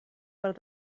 per